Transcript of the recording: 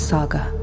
Saga